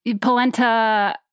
polenta